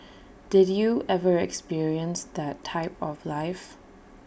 did you ever experience that type of life